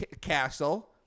castle